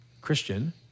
Christian